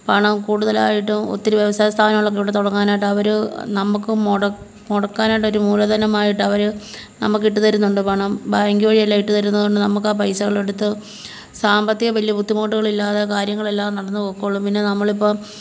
പണം കൂടുതലായിട്ടും ഒത്തിരി വ്യവസായ സ്ഥാപനങ്ങളൊക്കെ ഇവിടെ തുടങ്ങാനായിട്ട് അവർ നമുക്ക് മൊട മുടക്കാനായിട്ട് ഒരു മൂലധനം ആയിട്ടവർ നമുക്കിട്ട് തരുന്നുണ്ട് പണം ബാങ്ക് വഴിയെല്ലാം ഇട്ട് തരുന്ന കൊണ്ട് നമുക്ക് ആ പൈസകളെടുത്ത് സാമ്പത്തിക വലിയ ബുദ്ധിമുട്ടുകളില്ലാതെ കാര്യങ്ങളെല്ലാം നടന്ന് പൊക്കൊള്ളും പിന്നെ നമ്മളിപ്പം